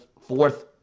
fourth